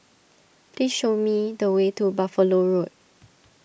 please show me the way to Buffalo Road